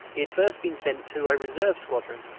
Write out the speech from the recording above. he had first been sent to a reserve squadron,